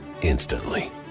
instantly